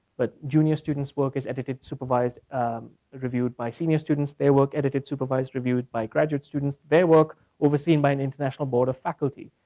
but junior students works as edited supervised reviewed by seniors students. their work edited, supervised, reviewed by graduate students. their work overseen by and international board of faculty.